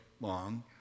long